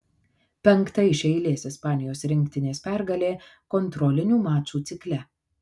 penkta iš eilės ispanijos rinktinės pergalė kontrolinių mačų cikle